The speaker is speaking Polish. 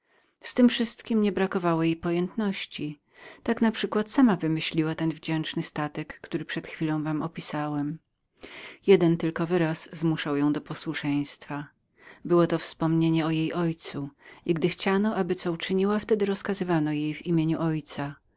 z tem wszystkiem nie brakowało jej na pojętności tak naprzykład sama wynalazła ten powabny statek który przed chwilą wam opisywałem jeden tylko wyraz zmuszał ją do posłuszeństwa było to wspomnienie o jej ojcu i gdy chciano aby co uczyniła wtedy rozkazywano jej w inieniuimieniu ojca